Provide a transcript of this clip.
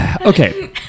Okay